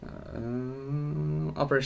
operation